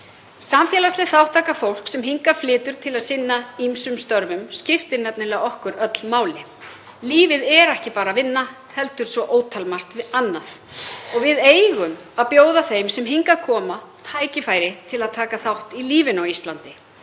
Samfélagsleg þátttaka fólks sem hingað flytur til að sinna ýmsum störfum skiptir nefnilega okkur öll máli. Lífið er nefnilega ekki bara vinna heldur svo ótalmargt annað og við eigum að bjóða þeim sem hingað koma tækifæri til að taka þátt í lífinu á Íslandi,